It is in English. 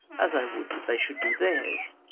as i would they should do theirs,